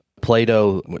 Plato